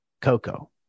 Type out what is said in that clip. Coco